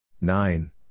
Nine